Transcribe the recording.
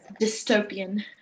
Dystopian